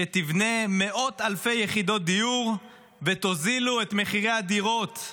שתבנה מאות אלפי יחידות דיור ותורידו את מחירי הדירות.